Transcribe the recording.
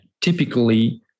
typically